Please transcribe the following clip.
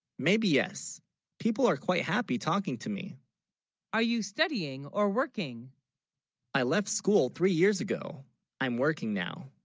maybe yes people are quite happy talking to me are you studying or working i left school three years, ago i'm working now